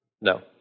No